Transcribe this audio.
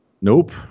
Nope